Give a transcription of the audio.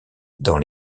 dans